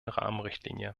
rahmenrichtlinie